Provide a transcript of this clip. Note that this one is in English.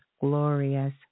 glorious